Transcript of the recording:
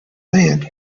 land